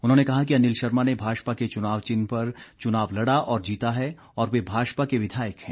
उन्होंने कहा कि अनिल शर्मा ने भाजपा के चुनाव चिन्ह पर चुनाव लड़ा और जीता है और वे भाजपा के विधायक हैं